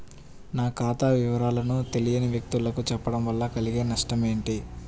నా ఖాతా వివరాలను తెలియని వ్యక్తులకు చెప్పడం వల్ల కలిగే నష్టమేంటి?